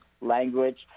language